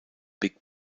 big